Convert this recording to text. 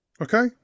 Okay